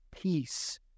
peace